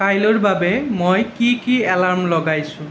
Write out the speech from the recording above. কাইলৈৰ বাবে মই কি কি এলাৰ্ম লগাইছোঁ